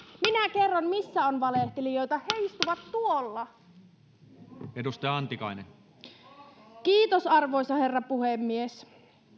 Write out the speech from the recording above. minä kerron missä on valehtelijoita he istuvat tuolla kiitos arvoisa herra puhemies